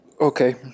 Okay